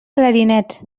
clarinet